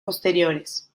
posteriores